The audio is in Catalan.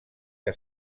que